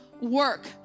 work